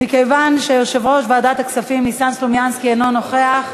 מכיוון שיושב-ראש ועדת הכספים ניסן סלומינסקי אינו נוכח,